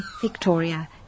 Victoria